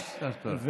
יש שר תורן.